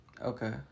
Okay